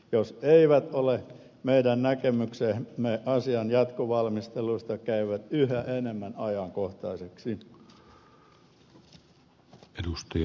jos ei ole meidän näkemyksemme asian jatkovalmisteluista käyvät yhä enemmän ajankohtaiseksi